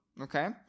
Okay